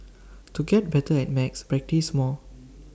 to get better at maths practise more